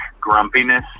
grumpiness